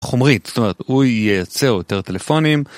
חומרית, זאת אומרת, הוא יייצר יותר טלפונים